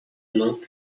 mną